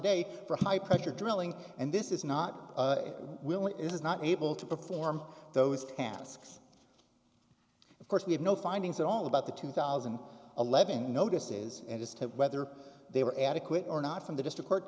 day for high pressure drilling and this is not will it is not able to perform those tasks of course we have no findings at all about the two thousand and eleven notices as to whether they were adequate or not from the district